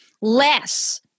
less